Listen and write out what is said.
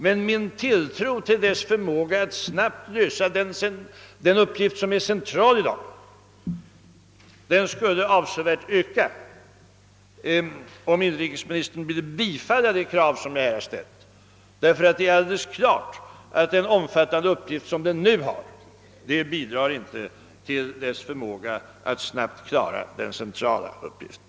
Men min tilltro till dess förmåga att snabbt lösa den uppgift som är den centrala i dag skulle avsevärt öka, om inrikesministern ville bifalla det krav jag ställt. Ty det är alldeles klart att de omfattande uppgifter som utredningen har inte bidrar till att göra det möjligt för den att snabbt klara den centrala uppgiften.